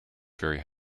very